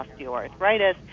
osteoarthritis